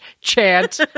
chant